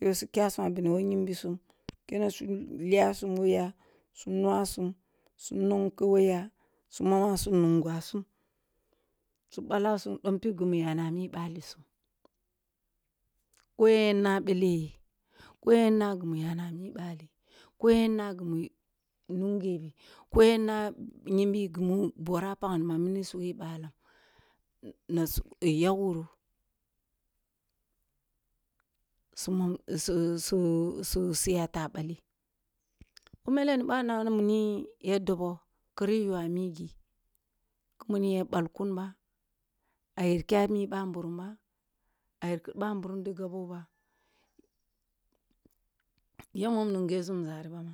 Boh su kyasum a bini wo nyi nbisum kina su liyasum who ya, su nuwasum, su nonkeh who ya, su moma nungasum su balasum dom oib gumu ya mi balli sum, ko yen na bele yegh ko yen nag imu ya yen na nyinbi gimi bora a pah mi nam sugeh balam na su yagh wuru su ya tabalu ku mele ni boh na wuni ya doboh kareh yogh a migi ku wuni ya balk un ba, ayar kya mi ba mburum ba, a yar ki ba mburum gabyo bay a mom nunghe zumza rib a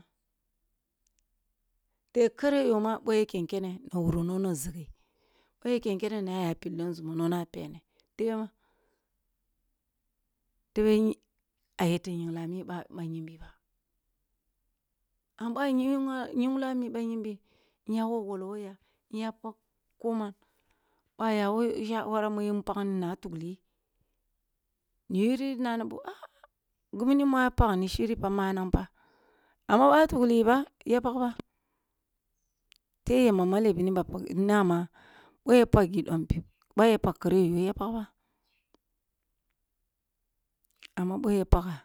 te kare yo ma boh ya ken kene ba wuro nono zegeh, boh ya ken kene na aya pilli nzumo nono pene tebeh man tebeh a yete nyigli a mi bah nyimbi ba. Amma boh a nyigh a mi bah nyimbi inya wolwooloh wogh ya, in yap ag ko man, boh oya who shawara mu yin pagni na tugli yi, ni yiri nanuboh a gimini mu ya pagni shiri bah manahg fa amma boh a tughiyi bay a pagba tebeh yamba maleh bini ba ma boh ya paggi dom pib bih ya pag kareh yogh ya pagh ba, amma boh ya pagga.